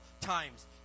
times